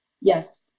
Yes